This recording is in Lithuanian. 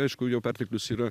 aišku jo perteklius yra